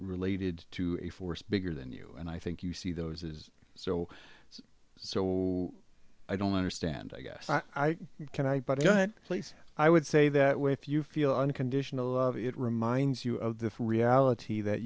related to a force bigger than you and i think you see those is so so so i don't understand i guess i can i but i don't place i would say that way if you feel unconditional it reminds you of the reality that